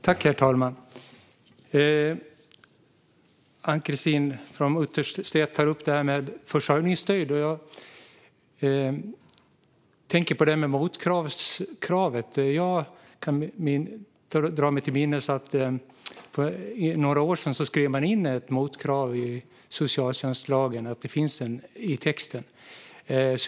Herr talman! Ann-Christine From Utterstedt tog upp försörjningsstödet, och jag tänkte på detta med ett krav på motkrav. Jag drar mig till minnes att man för några år sedan skrev in ett motkrav i socialtjänstlagen, så att det finns i texten.